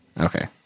okay